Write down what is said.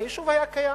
והיישוב היה קיים.